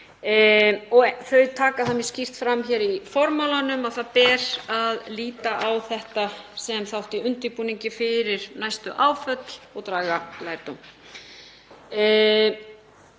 Þau taka það mjög skýrt fram í formálanum að það ber að líta á úttektina sem þátt í undirbúningi fyrir næstu áföll og draga lærdóm.